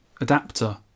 adapter